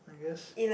I guess